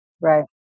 right